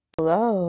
Hello